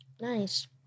Nice